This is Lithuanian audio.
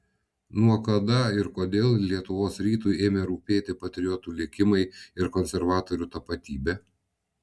nuo kada ir kodėl lietuvos rytui ėmė rūpėti patriotų likimai ir konservatorių tapatybė